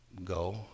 go